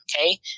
Okay